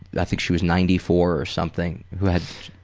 i think she was ninety four or something, who had.